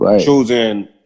choosing